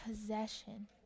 possession